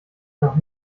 noch